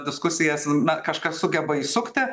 diskusijas na kažkas sugeba įsukti